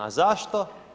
A zašto?